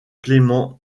clement